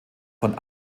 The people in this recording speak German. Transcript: von